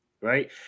right